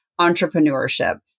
entrepreneurship